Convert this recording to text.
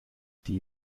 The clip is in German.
die